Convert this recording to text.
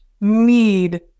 need